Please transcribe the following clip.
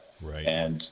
Right